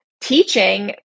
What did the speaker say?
teaching